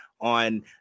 on